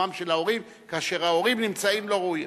ההורים כאשר ההורים נמצאים לא ראויים.